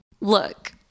Look